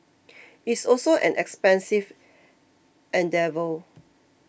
it's also an expensive endeavour